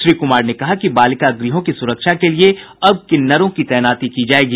श्री कुमार ने कहा कि बालिका गृहों की सुरक्षा के लिए अब किन्नरों की तैनाती की जायेगी